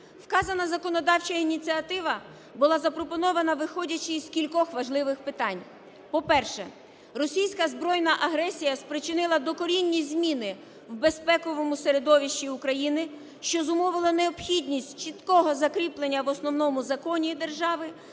Вказана законодавча ініціатива була запропонована, виходячи із кількох важливих питань. По-перше, російська збройна агресія спричинила докорінні зміни в безпековому середовищі України, що зумовило необхідність чіткого закріплення в Основному Законі держави